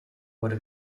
wurde